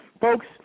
Folks